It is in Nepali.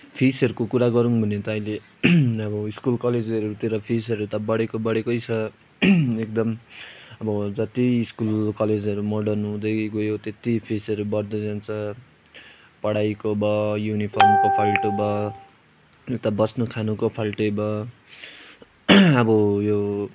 फिसहरूको कुरा गरौँ भने त अहिले अब स्कुल कलेजहरूतिर फिसहरू त बढेको बढेकै छ एकदम अब जति स्कुल कलेजहरू मर्डन हुँदै गयो त्यति फिसहरू बढ्दै जान्छ पढाइको भयो युनिफर्मको फाल्तु भयो उता बस्नु खानु फाल्तु भयो अब यो